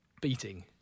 beating